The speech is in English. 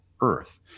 Earth